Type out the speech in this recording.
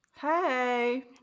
Hey